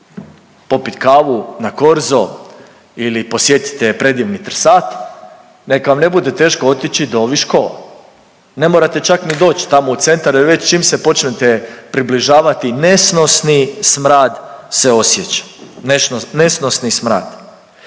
popit kavu na Korzo ili posjetite predivni Trsat neka vam ne bude teško otići do Viškova. Ne morate čak ni doći tamo u centar jer već čim se počnete približavati nesnosni smrad se osjeća, nesnosni smrad.